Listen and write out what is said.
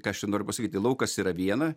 ką aš čia noriu pasakyti laukas yra viena